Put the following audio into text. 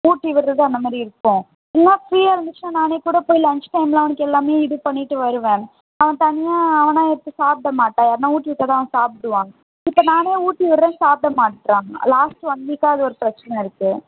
ஊட்டிவிடுறது அந்தமாதிரி இருக்கும் இல்லைனா ஃப்ரீயாக இருந்துச்சுன்னா நானேக்கூட போய் லன்ஞ்ச் டைமில் அவனுக்கு எல்லாமே இது பண்ணிவிட்டு வருவேன் அவன் தனியாக அவனாக எடுத்து சாப்பிட மாட்டான் யார்னால் ஊட்டிவிட்டால்தான் சாப்பிடுவான் இப்போ நானே ஊட்டிவிடுறேன் சாப்பிட மாட்டுறான் லாஸ்ட்டு ஒன் வீக்காக அது ஒரு பிரச்சினையா இருக்குது